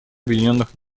объединенных